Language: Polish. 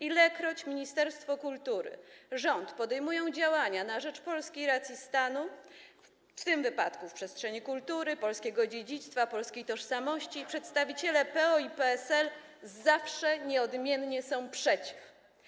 Ilekroć ministerstwo kultury, rząd podejmują działania na rzecz polskiej racji stanu, w tym wypadku w przestrzeni kultury, polskiego dziedzictwa, polskiej tożsamości, przedstawiciele PO i PSL zawsze nieodmiennie są przeciw.